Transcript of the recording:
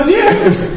years